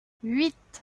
huit